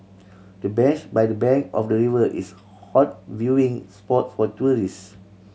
the bench by the bank of the river is hot viewing spot for tourist